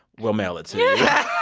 we'll mail it to yeah